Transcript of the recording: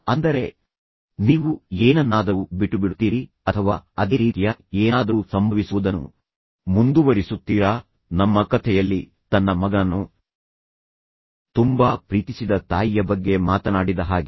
ಅಂದರೆ ನೀವು ಏನನ್ನಾದರೂ ಬಿಟ್ಟುಬಿಡುತ್ತೀರಿ ಅಥವಾ ಅದೇ ರೀತಿಯ ಏನಾದರೂ ಸಂಭವಿಸುವುದನ್ನು ಮುಂದುವರಿಸುಸುತ್ತೀರಾ ನಮ್ಮ ಕಥೆಯಲ್ಲಿ ತನ್ನ ಮಗನನ್ನು ತುಂಬಾ ಪ್ರೀತಿಸಿದ ತಾಯಿಯ ಬಗ್ಗೆ ಮಾತನಾಡಿದ ಹಾಗೆ